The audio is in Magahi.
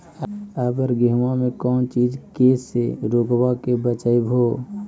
अबर गेहुमा मे कौन चीज के से रोग्बा के बचयभो?